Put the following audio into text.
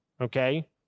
Okay